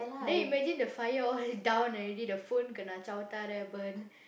then imagine the fire all down already the phone kena chao ta then burn